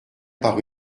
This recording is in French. par